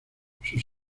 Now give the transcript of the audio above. sus